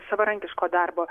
savarankiško darbo